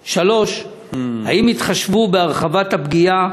3. האם התחשבו בעניין הרחבת הפגיעה